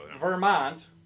Vermont